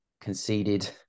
conceded